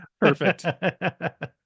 perfect